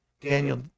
Daniel